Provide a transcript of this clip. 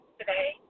today